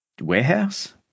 warehouse